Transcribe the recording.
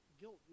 Guilt